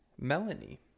Melanie